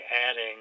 adding